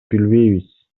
билбейбиз